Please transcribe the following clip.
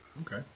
Okay